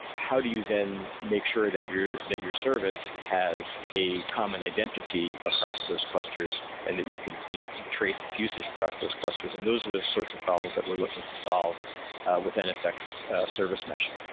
how do you then make sure that your that your service has a common identity across those clusters and that you could trace its usage across those clusters? and those are the sorts of problems that we're looking to solve with nsx service mesh.